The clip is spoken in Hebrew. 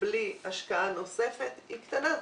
בלי השקעה נוספת היא קטנה.